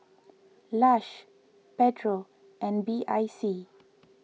Lush Pedro and B I C